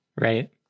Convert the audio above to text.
Right